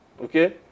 okay